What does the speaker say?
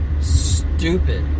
stupid